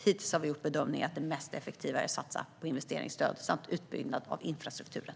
Hittills har vi gjort bedömningen att det mest effektiva är att satsa på investeringsstöd och utbyggnad av infrastrukturen.